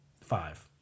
Five